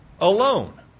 alone